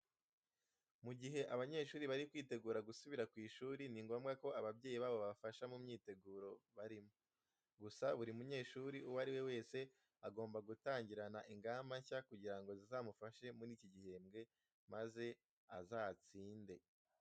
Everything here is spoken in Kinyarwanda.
Mu gihe abanyeshuri bari kwitegura gusubira ku ishuri, ni ngombwa ko ababyeyi babo babafasha mu myiteguro barimo. Gusa buri munyeshuri uwo ari we wese agomba gutangirana ingamba nshya kugira ngo zizamufashe muri iki gihembwe maze azatsinde.